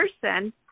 person